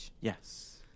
Yes